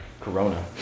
Corona